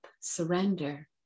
surrender